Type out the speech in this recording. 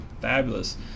fabulous